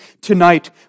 tonight